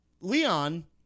Leon